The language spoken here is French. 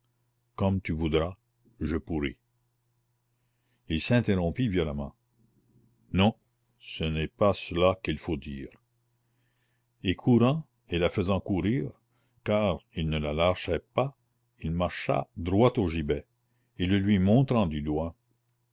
comme tu voudras je pourrai il s'interrompit violemment non ce n'est pas cela qu'il faut dire et courant et la faisant courir car il ne la lâchait pas il marcha droit au gibet et le lui montrant du doigt